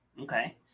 Okay